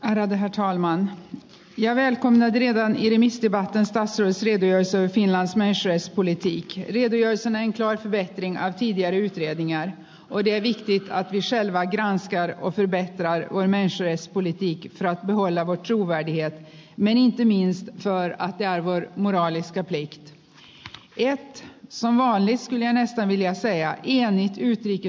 erämiehet haiman ja wellcomen vievän ihmistyvät tästä syystä nykyinen sotilasmäisyys oli viety joissa näin tehtiin aktiivien yhtiöiden ja voide vihti saa selvääkin hans joery of wehte onnees seespolitiikki kohoilevat juuka idiot meni itämies sai aivojen muinaiskepit ja sanaili nenästä viljasta ja gianni kritiikin